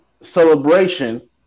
celebration